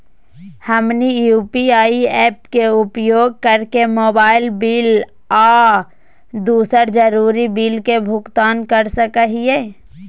हमनी UPI apps के उपयोग करके मोबाइल बिल आ दूसर जरुरी बिल के भुगतान कर सको हीयई